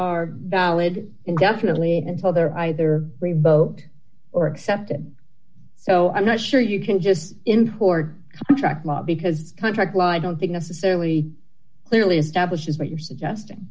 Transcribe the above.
are valid indefinitely until they're either ribault or accepted so i'm not sure you can just import contract law because contract law i don't think necessarily clearly establishes what you're suggesting